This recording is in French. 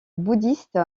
bouddhistes